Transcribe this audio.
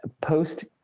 post